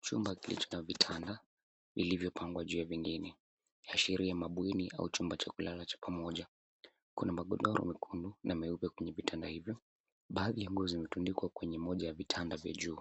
Chumba kilicho na vitanda vilivyopangwa juu ya vingine ikiashiria mabweni au chumba cha kulala cha pamoja. Kuna magodoro mekundu na muepe kwenye vitanda hivyo. Baadhi ya nguo zimetundikwa kwenye moja ya vitanda vya juu.